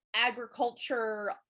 agriculture